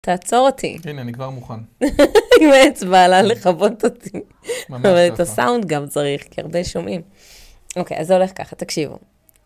תעצור אותי. הנה, אני כבר מוכן. עם האצבע על הלכבות אותי. אבל את הסאונד גם צריך, כי הרבה שומעים. אוקיי, אז זה הולך ככה, תקשיבו.